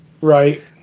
Right